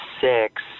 six